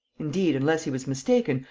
indeed, unless he was mistaken,